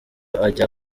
ajya